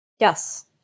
Yes